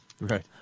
Right